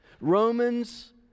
Romans